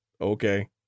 okay